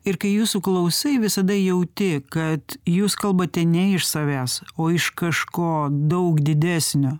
ir kai jūsų klausai visada jauti kad jūs kalbate ne iš savęs o iš kaško daug didesnio